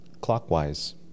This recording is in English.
clockwise